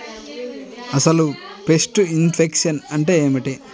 అసలు pest infection అంటే ఏమిటి?